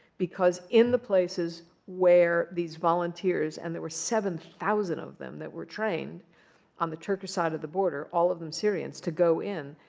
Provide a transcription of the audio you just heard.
because in the places where these volunteers and there were seven thousand of them that were trained on the turkish side of the border, all of them syrians, to go in.